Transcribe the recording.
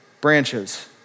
branches